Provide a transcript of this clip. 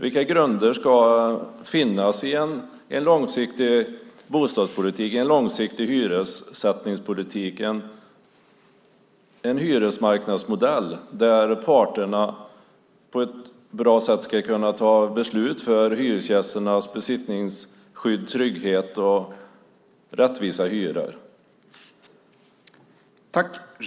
Vilka grunder ska finnas i en långsiktig bostadspolitik, i en långsiktig hyressättningspolitik, i en hyresmarknadsmodell där parterna på ett bra sätt ska kunna ta beslut om hyresgästernas besittningsskydd, trygghet och rättvisa hyror?